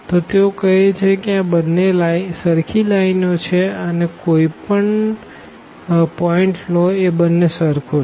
તો તેઓ કહે છે કે આ બંને સરખી લાઈનો છે અને કોઈ પણ પોઈન્ટ લો એ બંને સરખું જ છે